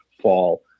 fall